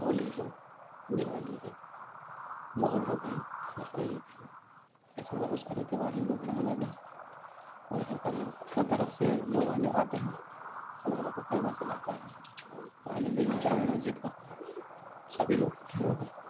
ہولی ہے دیوالی ہے محرم ہے بقرعید ہے ایسے بہت سارے تہوار ہیں جو منائے جاتے ہیں اور ہر طرح ہر طرف سے لوگ آنے آتے ہیں ہمارا تو فیمس علاقہ ہے پرانی دہلی جامع مسجد کا سبھی لوگ تھے وہاں پہ